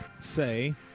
say